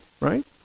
right